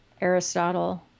Aristotle